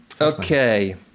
Okay